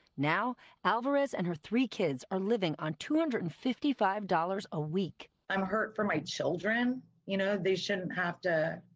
now alvarez and her three kids are livin on two hundred and fifty five dollars a week i'm hurt for my children you know they shouldn't have to